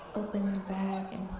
opening bag and